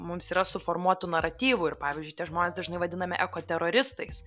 mums yra suformuotų naratyvų ir pavyzdžiui tie žmonės dažnai vadinami ekoteroristais